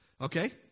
Okay